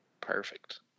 Perfect